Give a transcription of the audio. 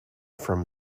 from